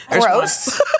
Gross